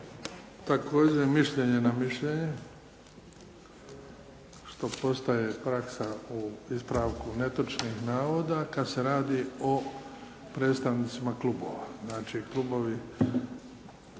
Također mišljenje na mišljenje. To postaje praksa u ispravku netočnih navoda kad se radi o predstavnicima klubova.